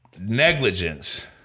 negligence